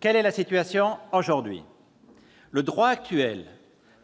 Quelle est la situation aujourd'hui ? Le droit actuel